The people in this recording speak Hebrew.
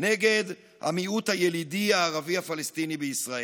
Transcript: נגד המיעוט הילידי הערבי-הפלסטיני בישראל.